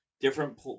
different